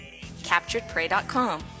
CapturedPrey.com